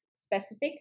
specific